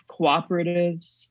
cooperatives